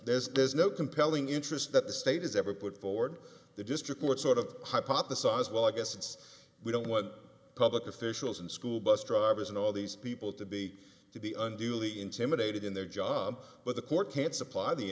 there's there's no compelling interest that the state has ever put forward the district sort of hypothesized well i guess since we don't what public officials and school bus drivers and all these people to be to be unduly intimidated in their job but the court can't supply the